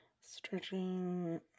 Stretching